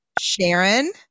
Sharon